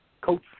Coach